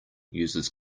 uses